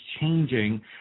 changing